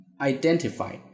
identify